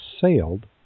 Sailed